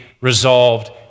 resolved